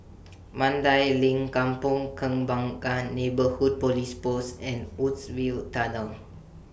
Mandai LINK Kampong Kembangan Neighbourhood Police Post and Woodsville Tunnel